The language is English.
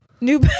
new